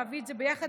להביא את זה ביחד,